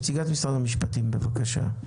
נציגת משרד המשפטים, בבקשה.